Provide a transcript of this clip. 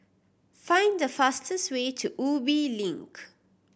find the fastest way to Ubi Link